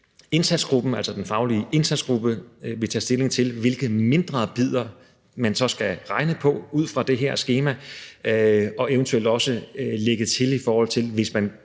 kan ske, ved at den faglige indsatsgruppe vil tage stilling til, hvilke mindre bidder man så skal regne på ud fra det her skema, og eventuelt også lægge til i forhold til, hvad